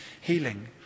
healing